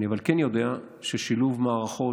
אבל אני כן יודע ששילוב מערכות,